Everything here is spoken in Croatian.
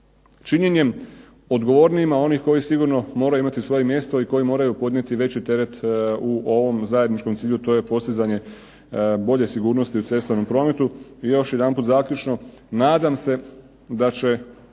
činjenjem odgovornijim onima koji sigurno moraju imati svoje mjesto i koji moraju podnijeti veći teret u ovom zajedničkom cilju, a to je postizanje bolje sigurnosti u cestovnom prometu. I još jedanput zaključno. Nadam se da će